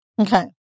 Okay